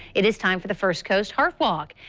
it is time for the first coast heart walk.